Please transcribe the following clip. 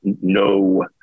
no